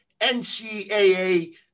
NCAA